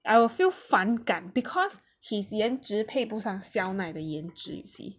I will feel 反感 because his 颜值配不上肖奈的颜值 you see